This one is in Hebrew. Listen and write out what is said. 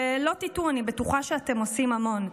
שלא תטעו, אני בטוחה שאתם עושים המון,